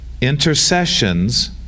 intercessions